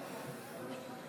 חברת הכנסת